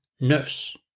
nurse